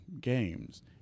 games